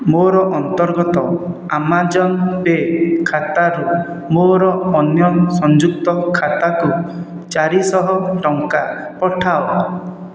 ମୋର ଅନ୍ତର୍ଗତ Amazon Pay ଖାତାରୁ ମୋର ଅନ୍ୟ ସଂଯୁକ୍ତ ଖାତାକୁ ଚାରିଶହ ଟଙ୍କା ପଠାଅ